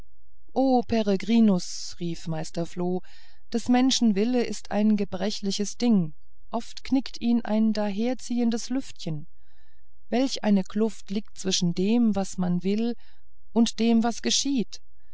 rief meister floh des menschen wille ist ein gebrechliches ding oft knickt ihn ein daherziehendes lüftchen welch eine kluft liegt zwischen dem was man will und dem das geschieht